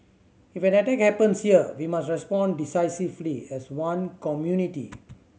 if an attack happens here we must respond decisively as one community